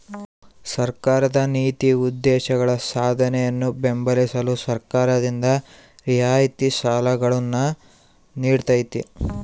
ಸರ್ಕಾರದ ನೀತಿ ಉದ್ದೇಶಗಳ ಸಾಧನೆಯನ್ನು ಬೆಂಬಲಿಸಲು ಸರ್ಕಾರದಿಂದ ರಿಯಾಯಿತಿ ಸಾಲಗಳನ್ನು ನೀಡ್ತೈತಿ